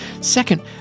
Second